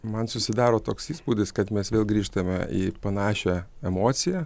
man susidaro toks įspūdis kad mes vėl grįžtame į panašią emociją